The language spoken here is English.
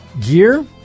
gear